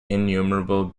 innumerable